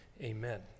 Amen